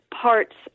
parts